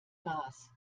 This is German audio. gas